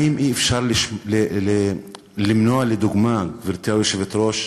האם אי-אפשר למנוע, לדוגמה, גברתי היושבת-ראש,